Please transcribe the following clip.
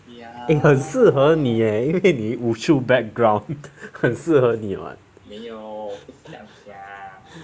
eh 很适合你 eh 因为你武术 background 很适合你 [what]